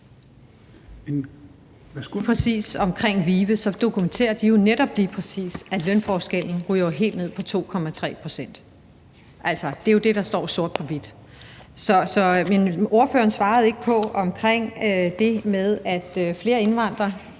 Hvad angår VIVE, dokumenterer de jo netop lige præcis, at lønforskellen ryger helt ned på 2,3 pct. Altså, det er jo det, der står sort på hvidt. Men ordføreren svarede ikke på det med, at flere indvandrerkvinder